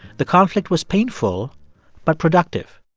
the conflict was painful but productive